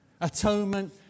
Atonement